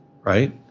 right